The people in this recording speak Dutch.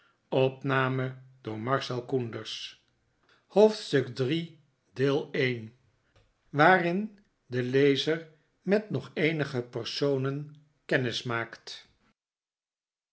hoofdstuk iii waarin de lezer met nog eenige personen kennis maakt